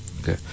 Okay